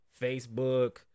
Facebook